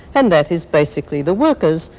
and that is basically the workers,